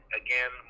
again